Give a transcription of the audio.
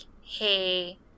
hey